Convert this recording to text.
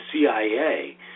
CIA